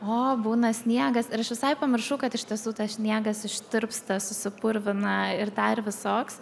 o būna sniegas ir aš visai pamiršau kad iš tiesų tas sniegas ištirpsta susipurvina ir dar visoks